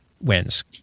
wins